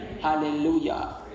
Hallelujah